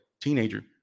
teenager